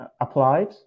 applied